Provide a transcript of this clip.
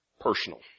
personal